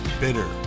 bitter